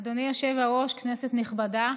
אדוני היושב-ראש, כנסת נכבדה,